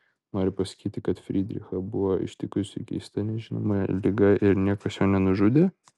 nori pasakyti kad frydrichą buvo ištikusi keista nežinoma liga ir niekas jo nenužudė